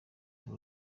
dore